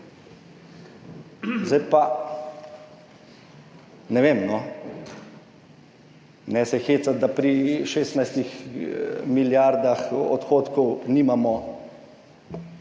plus 18. Ne vem, no, ne se hecati, da pri 16 milijardah odhodkov nimamo